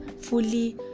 fully